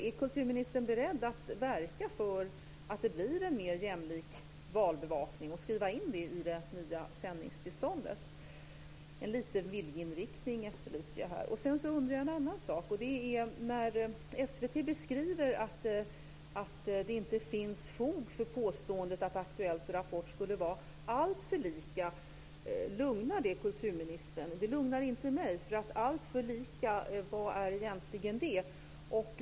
Är kulturministern beredd att verka för att det blir en mer jämlik valbevakning och att skriva in det i det nya sändningstillståndet? En liten viljeinriktning efterlyser jag här. Sedan undrar jag över en annan sak. SVT beskriver att det inte finns fog för påståendet att Aktuellt och Rapport är alltför lika. Lugnar det kulturministern? Det lugnar inte mig, för vad är egentligen "alltför lika"?